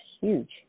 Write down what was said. huge